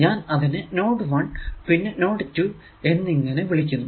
ഞാൻ അതിനെ നോഡ് 1 പിന്നെ നോഡ് 2 എന്നിങ്ങനെ വിളിക്കുന്നു